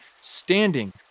standing